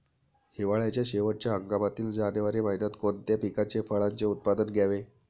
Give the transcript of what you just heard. हिवाळ्याच्या शेवटच्या हंगामातील जानेवारी महिन्यात कोणत्या पिकाचे, फळांचे उत्पादन घ्यावे?